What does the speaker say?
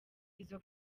izo